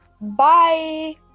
Bye